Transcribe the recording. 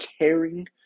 caring